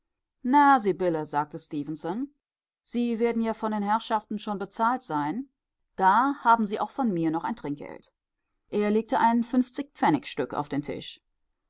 na sibylle sagte stefenson sie werden ja von den herrschaften schon bezahlt sein da haben sie auch von mir noch ein trinkgeld er legte ein fünfzigpfennigstück auf den tisch